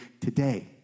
today